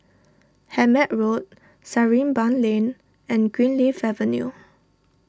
Hemmant Road Sarimbun Lane and Greenleaf Avenue